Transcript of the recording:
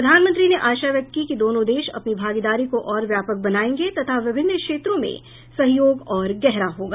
प्रधानमंत्री ने आशा व्यक्त की कि दोनों देश अपनी भागीदारी को और व्यापक बनाएंगे तथा विभिन्न क्षेत्रों में सहयोग और गहरा होगा